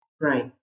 Right